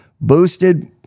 boosted